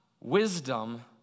wisdom